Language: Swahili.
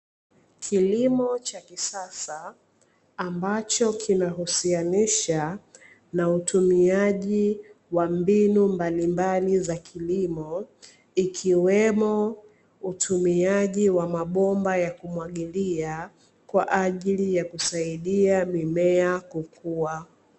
Kilimo cha kisasa, ambacho kinahusianisha na utumiaji wa mbinu mbalimbali za kilimo, ikiwemo utumiaji wa mabomba ya kumwagilia kwa ajili ya kusaidia mimea kukua.